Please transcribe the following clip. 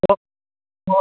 تہٕ آ